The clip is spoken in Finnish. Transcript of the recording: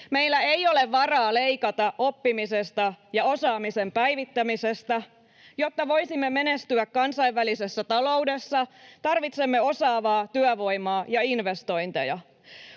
Meillä ei ole varaa leikata oppimisesta ja osaamisen päivittämisestä. Jotta voisimme menestyä kansainvälisessä taloudessa, tarvitsemme osaavaa työvoimaa ja investointeja.